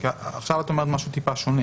עכשיו את אומרת משהו שונה.